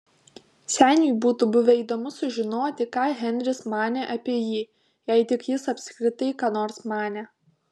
seniui būtų buvę įdomu sužinoti ką henris manė apie jį jei tik jis apskritai ką nors manė